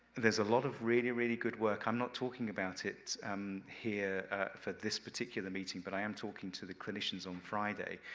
there's a lot of really, really good work. i'm not talking about it here for this particular meeting, but i am talking to the clinicians on friday.